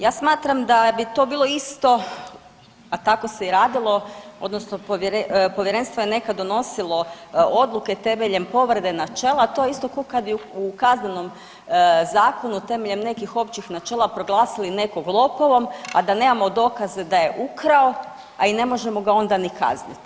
Ja smatram da bi to bilo isto, a tako se i radilo odnosno povjerenstvo je nekad donosilo odluke temeljem povrede načela, a to je isto ko kad u Kaznenom zakonu temeljem nekih općih načela proglasili nekog lopovom, a da nemamo dokaze da je ukrao, a i ne možemo ga onda ni kaznit.